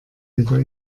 wieder